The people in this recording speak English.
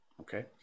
Okay